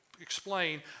Explain